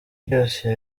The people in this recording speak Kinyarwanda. byose